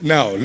Now